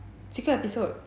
几个 episode